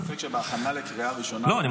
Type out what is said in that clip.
אין ספק שבהכנה לקריאה ראשונה --- לא,